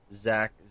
Zach